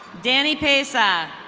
danny paysa.